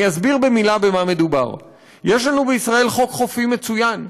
אני אסביר במילה במה מדובר: יש לנו בישראל חוק חופים מצוין,